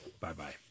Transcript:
bye-bye